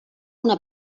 una